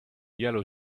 yellow